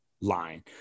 line